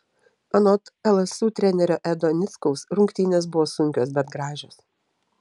anot lsu trenerio edo nickaus rungtynės buvo sunkios bet gražios